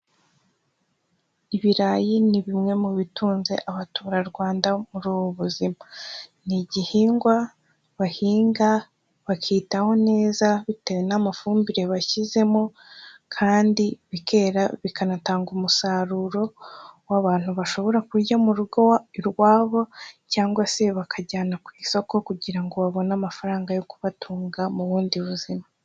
Ibirayi ni bimwe mu bitunze abaturarwanda muri ubu buzima, ni igihingwa bahinga bakitaho neza bitewe n'amafumbire bashyizemo kandi bikera bikanatanga umusaruro w'abantu bashobora kurya mu rugo irwabo cyangwa se bakajyana ku isoko kugira ngo babone amafaranga yo kubatunga mu bundi buzima.